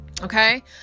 okay